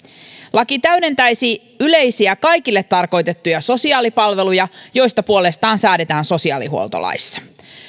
laki täydentäisi yleisiä kaikille tarkoitettuja sosiaalipalveluja joista puolestaan säädetään sosiaalihuoltolaissa